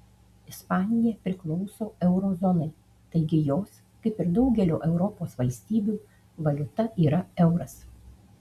ispanija priklauso euro zonai taigi jos kaip ir daugelio europos valstybių valiuta yra euras